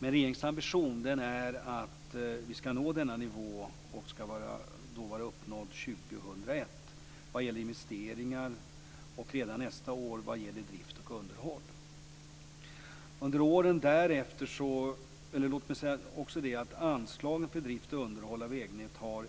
Men regeringens ambition är att vi skall nå denna nivå till 2001 vad gäller investeringar och redan nästa år vad gäller drift och underhåll. Låt mig också säga att anslagen för drift och underhåll av vägnätet har